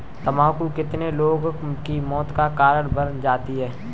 तम्बाकू कितने लोगों के मौत का कारण बन जाती है